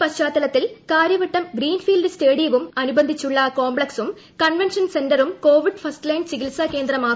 ഈ പശ്ചാത്തലത്തിൽ കാര്യവട്ടം ഗ്രീൻഫീൽഡ് സ്റ്റേഡിയവും അനുബന്ധിച്ചുള്ള കോംപ്പക്സും കൺവെൻഷൻ സെന്ററും കോവിഡ് ഫസ്റ്റ്ലൈൻ ചികിത്സാ കേന്ദ്രമാക്കും